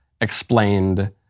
explained